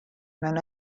mewn